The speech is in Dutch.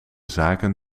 zaken